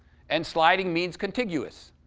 and sliding means contiguous.